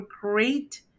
great